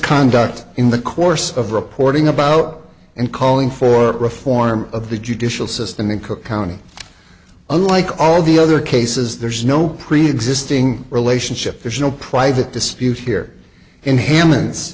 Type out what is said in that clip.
conduct in the course of reporting about and calling for reform of the judicial system in cook county unlike all the other cases there's no preexisting relationship there's no private dispute here in hammond